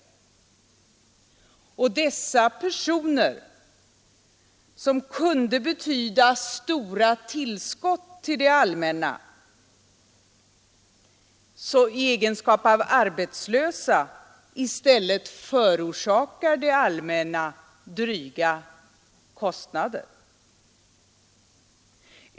Dessa personer kunde betyda stora tillskott till det allmänna, men i egenskap av arbetslösa förorsakar de i stället det allmänna dryga kostnader.